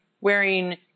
wearing